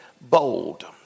bold